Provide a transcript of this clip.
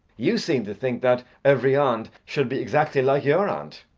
you seem to think that every aunt should be exactly like your aunt!